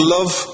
Love